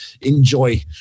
enjoy